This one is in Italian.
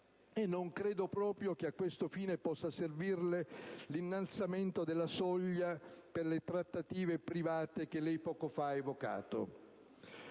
e non credo proprio che a questo fine possa servirle l'innalzamento della soglia per le trattative private che poco fa ha evocato.